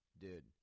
dude